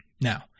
Now